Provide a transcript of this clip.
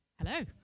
Hello